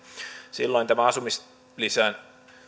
silloin tämä asumislisän